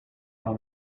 par